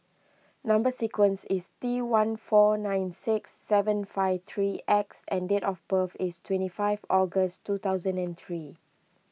Number Sequence is T one four nine six seven five three X and date of birth is twenty five August two thousand and three